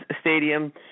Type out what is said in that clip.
Stadium